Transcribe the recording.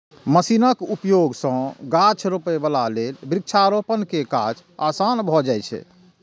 मशीनक उपयोग सं गाछ रोपै बला लेल वृक्षारोपण के काज आसान भए जाइ छै